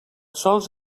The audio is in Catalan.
sols